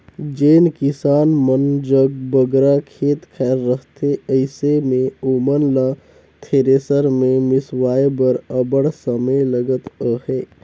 जेन किसान मन जग बगरा खेत खाएर रहथे अइसे मे ओमन ल थेरेसर मे मिसवाए बर अब्बड़ समे लगत अहे